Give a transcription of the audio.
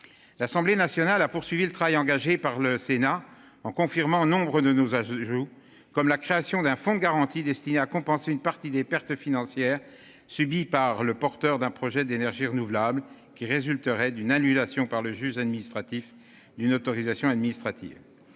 L'Assemblée nationale, a poursuivi le travail engagé par le Sénat en confirmant, nombre de nos âges joue comme la création d'un fonds garanti à compenser une partie des pertes financières subies par le porteur d'un projet d'énergie renouvelable qui résulterait d'une annulation, par le juge administratif d'une autorisation administrative.